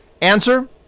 Answer